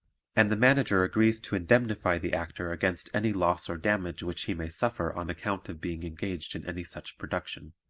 and the manager agrees to indemnify the actor against any loss or damage which he may suffer on account of being engaged in any such production.